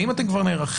האם אתם כבר נערכים